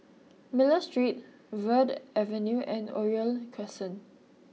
Miller Street Verde Avenue and Oriole Crescent